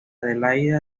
adelaida